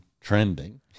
trending